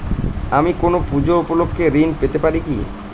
আমি কোনো পূজা উপলক্ষ্যে ঋন পেতে পারি কি?